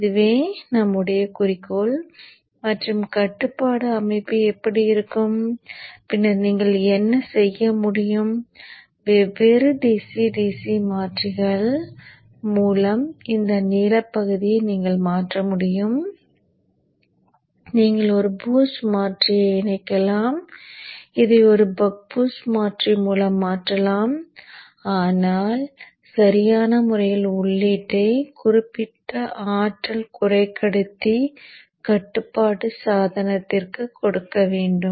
இதுவே நம்முடைய குறிக்கோள் மற்றும் கட்டுப்பாட்டு அமைப்பு எப்படி இருக்கும் பின்னர் நீங்கள் என்ன செய்ய முடியும் வெவ்வேறு DC DC மாற்றிகள் மூலம் இந்த நீலப் பகுதியை நீங்கள் மாற்ற முடியும் நீங்கள் ஒரு பூஸ்ட் மாற்றியை இணைக்கலாம் இதை ஒரு பக் பூஸ்ட் மாற்றி மூலம் மாற்றலாம் ஆனால் சரியான முறையில் உள்ளீட்டை குறிப்பிட்ட ஆற்றல் குறைக்கடத்தி கட்டுப்பாட்டு சாதனத்திற்கு கொடுக்க வேண்டும்